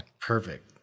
Perfect